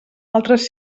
altres